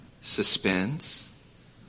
suspense